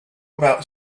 about